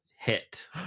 hit